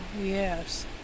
yes